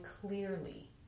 clearly